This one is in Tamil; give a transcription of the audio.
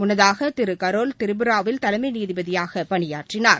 முன்னதாக திரு கரோல் திரிபுராவில் தலைமை நீதிபதியாக பணியாற்றினார்